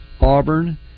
Auburn